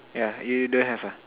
ya you don't have ah